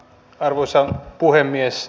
arvoisa puhemies